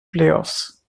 playoffs